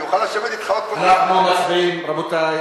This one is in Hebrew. אני אוכל לשבת אתך עוד פעם, אנחנו מצביעים, רבותי.